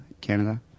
Canada